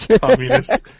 Communists